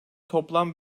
toplam